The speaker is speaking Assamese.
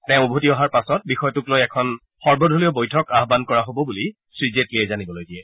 তেওঁ উভতি অহাৰ পাছত বিষয়টোক লৈ এখন সৰ্বদলীয় বৈঠক আহান কৰা হ'ব বুলি শ্ৰীজেটলিয়ে জানিবলৈ দিয়ে